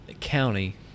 county